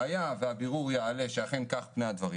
היה והבירור יעלה שאכן כך פני הדברים